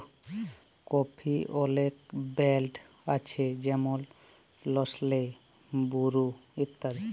কফির অলেক ব্র্যাল্ড আছে যেমল লেসলে, বুরু ইত্যাদি